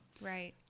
right